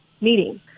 meeting